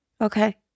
Okay